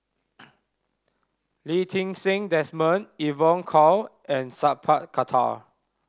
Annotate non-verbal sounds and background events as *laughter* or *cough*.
*noise* Lee Ti Seng Desmond Evon Kow and Sat Pal Khattar